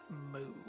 move